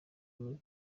muri